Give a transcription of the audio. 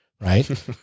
right